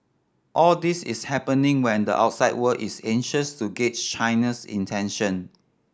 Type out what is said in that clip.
all this is happening when the outside world is anxious to gauge China's intention